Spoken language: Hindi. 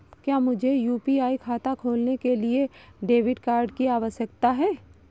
क्या मुझे यू.पी.आई खाता खोलने के लिए डेबिट कार्ड की आवश्यकता है?